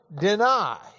deny